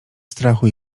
strachu